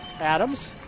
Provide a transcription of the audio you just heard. Adams